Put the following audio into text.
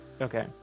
Okay